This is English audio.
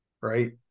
right